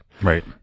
Right